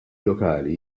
lokali